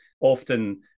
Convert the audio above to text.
often